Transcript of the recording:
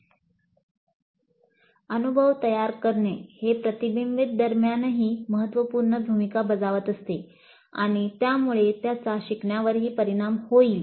'अनुभव तयार करणे' हे प्रतिबिंबांदरम्यानही महत्त्वपूर्ण भूमिका बजावत असते आणि त्यामुळे त्याचा शिकण्यावरही परिणाम होईल